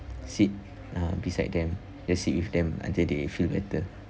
sit uh beside them just sit with them until they feel better